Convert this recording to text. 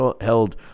held